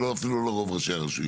זה לא אפילו לא רוב ראשי הרשויות.